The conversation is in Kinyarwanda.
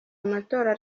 amatora